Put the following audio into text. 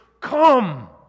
Come